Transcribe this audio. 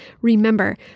Remember